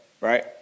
right